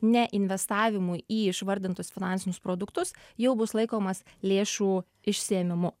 ne investavimui į išvardintus finansinius produktus jau bus laikomas lėšų išsiėmimu